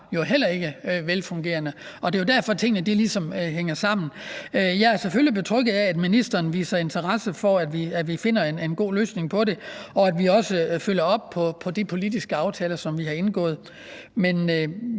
det jo heller ikke med kundernes retskrav, og det er jo på den måde, tingene ligesom hænger sammen. Jeg er selvfølgelig betrygget af, at ministeren viser interesse for, at vi finder en god løsning på det, og at vi også følger op på de politiske aftaler, som vi har indgået.